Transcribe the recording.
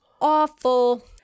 awful